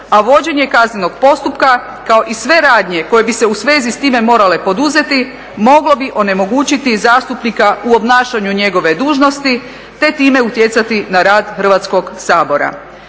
a vođenje kaznenog postupka, kao i sve radnje koje bi se u svezi s time morale poduzeti moglo bi onemogućiti zastupnika u obnašanju njegove dužnosti te time utjecati na rad Hrvatskog sabora.